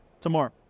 tomorrow